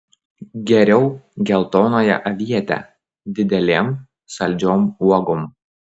geriau geltonąją avietę didelėm saldžiom uogom